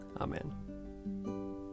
Amen